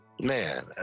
man